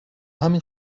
همین